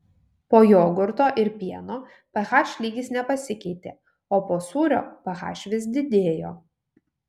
po jogurto ir pieno ph lygis nepasikeitė o po sūrio ph vis didėjo